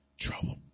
trouble